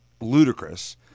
ludicrous